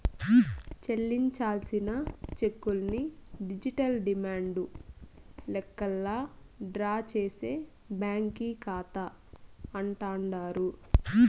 చెల్లించాల్సిన చెక్కుల్ని digital demand లెక్కల్లా డ్రా చేసే బ్యాంకీ కాతా అంటాండారు